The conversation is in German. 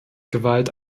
gewalt